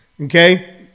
Okay